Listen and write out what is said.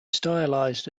stylized